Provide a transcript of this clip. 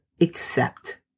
accept